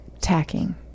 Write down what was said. tacking